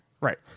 Right